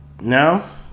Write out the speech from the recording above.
now